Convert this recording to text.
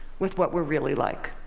with what we're really like.